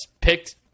picked